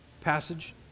passage